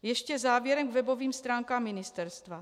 Ještě závěrem k webovým stránkám ministerstva.